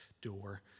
door